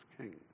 king